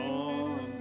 on